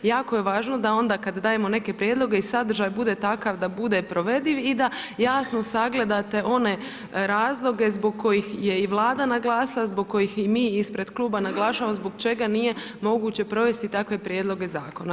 Jako je važno onda kada dajemo neke prijedloge i sadržaj bude takav da bude provediv i da jasno sagledate one razloge zbog kojih je i Vlada naglasila, zbog kojih i mi ispred kluba naglašavamo zbog čega nije moguće provesti takve prijedloge zakona.